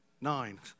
nine